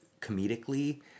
comedically